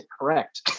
correct